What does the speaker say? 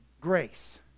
grace